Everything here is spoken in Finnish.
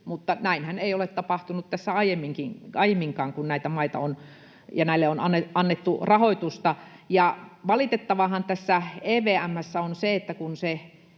Mutta näinhän ei ole tapahtunut tässä aiemminkaan, kun näille maille on annettu rahoitusta. Ja valitettavaahan tässä EVM:ssä on se, että kun se